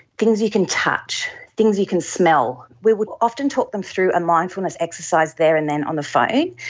things you can touch, things you can smell. we would often talk them through a mindfulness exercise there and then on the phone.